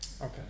Okay